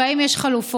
האם יש חלופות?